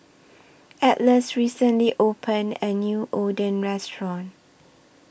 Atlas recently opened A New Oden Restaurant